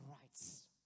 rights